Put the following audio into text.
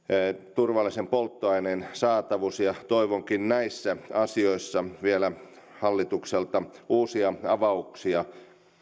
turvallisen polttoaineen saatavuus toivonkin näissä asioissa vielä hallitukselta uusia avauksia